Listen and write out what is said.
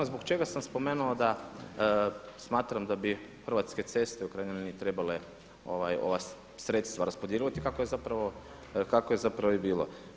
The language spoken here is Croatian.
Zbog čega sam spomenuo da smatram da bi Hrvatske ceste u krajnjoj liniji trebale ova sredstva raspodijeliti i kako je zapravo i bilo.